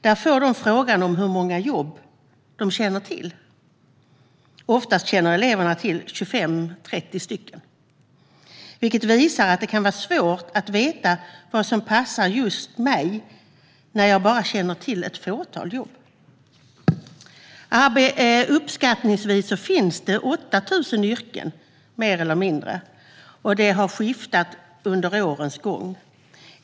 Där får eleverna frågan hur många olika jobb de känner till, och oftast känner de till 25-30 stycken. Detta visar att det kan vara svårt att veta vad som passar just en själv när man bara känner till ett fåtal jobb. Uppskattningsvis finns det 8 000 yrken, mer eller mindre, som har skiftat under årens gång.